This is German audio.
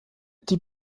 die